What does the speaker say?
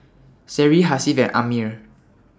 Seri Hasif and Ammir